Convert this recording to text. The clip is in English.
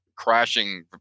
Crashing